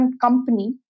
company